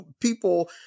people